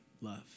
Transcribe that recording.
love